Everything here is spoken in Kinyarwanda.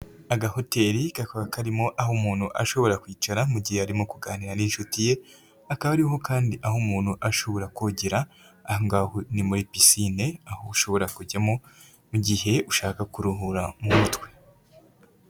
Agahoteli kakaba karimo aho umuntu ashobora kwicara mu gihe arimo kuganira n'inshuti ye akaba ariho kandi aho umuntu ashobora kogera, aho ngaho ni muri picine aho ushobora kujyamo mu gihe ushaka kuruhura mu mutwe.